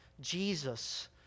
Jesus